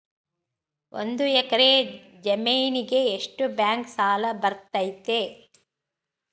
ಒಂದು ಎಕರೆ ಜಮೇನಿಗೆ ಎಷ್ಟು ಬ್ಯಾಂಕ್ ಸಾಲ ಬರ್ತೈತೆ?